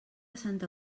santa